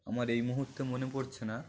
আমার এই মুহূর্তে মনে পড়ছে না